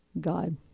God